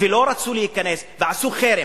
ולא רצו להיכנס, ועשו חרם.